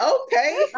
Okay